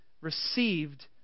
received